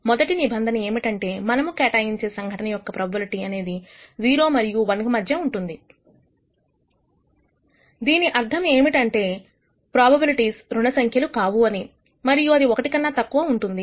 మొదటి నిబంధన ఏమిటంటే మనము కేటాయించే సంఘటన యొక్క ప్రోబబిలిటీ అనేది 0 మరియు 1 మధ్య ఉంటుంది దాని అర్థం ఏమిటంటే ప్రొబబిలిటీస్ రుణ సంఖ్యలు కావు మరియు అది 1 కన్నా తక్కువ ఉంటుంది